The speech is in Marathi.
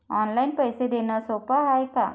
ऑनलाईन पैसे देण सोप हाय का?